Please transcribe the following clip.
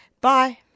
Bye